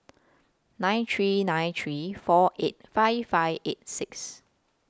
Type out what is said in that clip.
nine three nine three four eight five five eight six